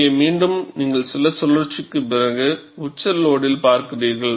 இங்கே மீண்டும் நீங்கள் சில சுழற்சிகளுக்குப் பிறகு உச்ச லோடில்பார்க்கிறீர்கள்